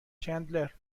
چندلر